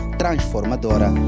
transformadora